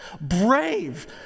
brave